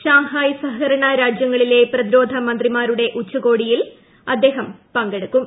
Shanghai സഹകരണ രാജ്യങ്ങളിലെ പ്രതിരോധ മന്ത്രിമാരുടെ ഉച്ചകോടിയിൽ അദ്ദേഹം പങ്കെടുക്കും